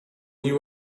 you